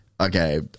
okay